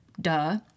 duh